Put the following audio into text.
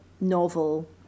novel